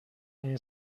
این